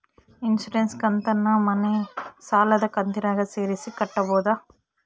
Insurance ಕಂತನ್ನ ಮನೆ ಸಾಲದ ಕಂತಿನಾಗ ಸೇರಿಸಿ ಕಟ್ಟಬೋದ?